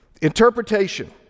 Interpretation